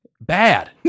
bad